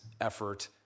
effort